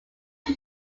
two